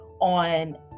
on